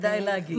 כדאי להגיד.